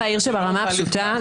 ברמה הפשוטה,